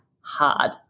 hard